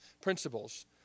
principles